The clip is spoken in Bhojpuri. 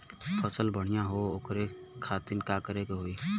फसल बढ़ियां हो ओकरे खातिर का करे के होई?